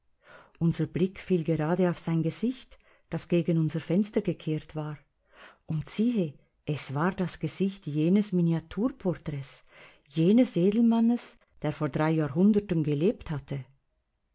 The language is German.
unser blick fiel gerade auf sein gesicht das gegen unser fenster gekehrt war und siehe es war das gesicht jenes miniaturporträts jenes edelmannes der vor drei jahrhunderten gelebt hattet